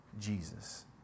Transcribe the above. Jesus